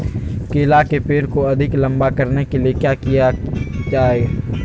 केला के पेड़ को अधिक लंबा करने के लिए किया किया जाए?